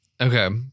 Okay